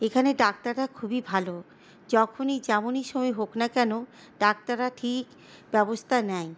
এখানে ডাক্তাররা খুবই ভালো যখনই যেমনই সময় হোক না কেন ডাক্তাররা ঠিক ব্যবস্থা নেয়